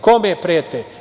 Kome prete?